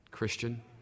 Christian